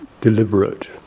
deliberate